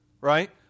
right